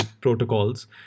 protocols